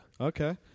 Okay